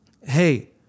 hey